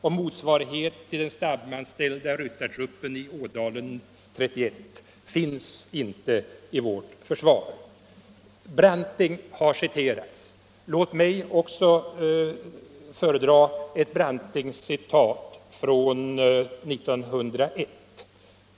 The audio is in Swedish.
Någon motsvarighet till den stamanställda ryttartruppen i Ådalen 1931 finns inte i vårt försvar. Branting har citerats. Låt mig också föredra ett Brantingcitat från år 1901.